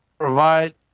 Provide